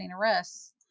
arrests